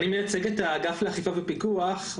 אני מייצג את האגף לאכיפה ופיקוח,